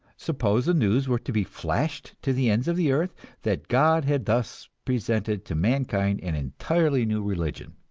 suppose the news were to be flashed to the ends of the earth that god had thus presented to mankind an entirely new religion.